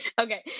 Okay